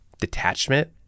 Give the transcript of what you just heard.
detachment